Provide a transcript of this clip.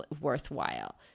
worthwhile